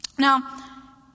Now